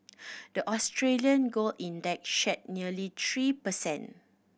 the Australian gold index shed nearly three per cent